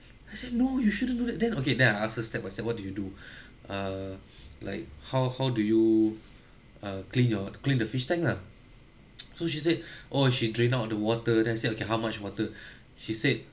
I said no you shouldn't do that then okay then I ask her step by step what do you do uh like how how do you uh clean your clean the fish tank lah so she said oh she drained out the water then I said okay how much water she said